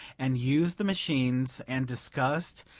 and used the machines, and discussed,